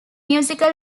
musical